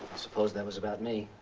suppose that was about me.